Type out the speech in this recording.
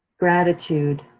gratitude,